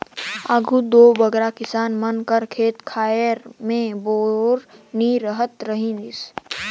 आघु दो बगरा किसान मन कर खेत खाएर मे बोर नी रहत रहिस